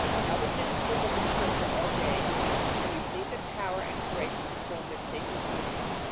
and other ministers of the church are ordained and receive the power and grace to perform their sacred duties.